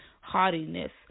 haughtiness